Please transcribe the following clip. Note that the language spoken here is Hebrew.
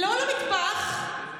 לא למטבח, למטווח.